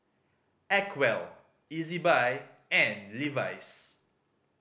Acwell Ezbuy and Levi's